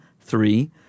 three